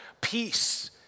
peace